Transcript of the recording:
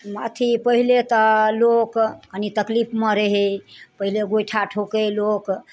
अथी पहिले तऽ लोक कनि तकलीफमे रहय पहिले गोइठा ठोकय लोक